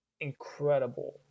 incredible